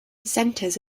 dissenters